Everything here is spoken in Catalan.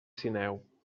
sineu